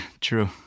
true